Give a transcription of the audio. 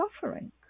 suffering